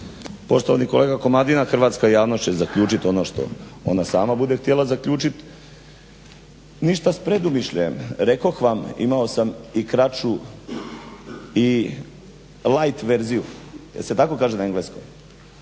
Poštovani kolega Komadina, hrvatska javnost će zaključiti ono što ona sama bude htjela zaključiti, ništa s predumišljajem rekoh vam imao sam i kraću i light verziju, jel se tako kaže na engleskom.